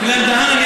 דהן תסכים.